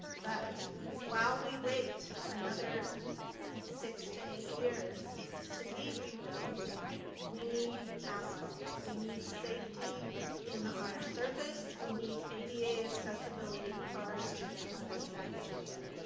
but while we wait another six to eight years to be rebuilt we need asphalt. we need safety in our surface. we need ada accessibility for our students at sacajawea.